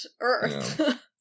Earth